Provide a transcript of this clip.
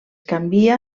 canvia